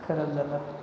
खराब झाला